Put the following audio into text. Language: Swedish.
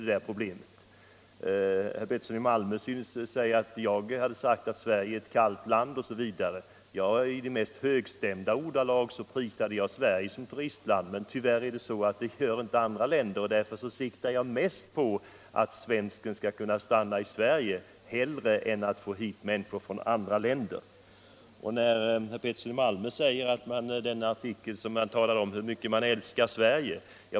Sveriges exportråd, Herr Pettersson i Malmö påstod att jag hade sagt att Sverige är ett — m.m. kallt land osv. I de mest högstämda ordalag prisade jag Sverige som turistland. Men tyvärr gör inte medborgare i andra länder det, och därför siktar jag mera på att vi skall få svenskarna att stanna i Sverige än på att vi skall få hit människor från andra länder. Herr Pettersson talade om artikelserien om hur mycket svenskarna älskar Sverige.